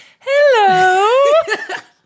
hello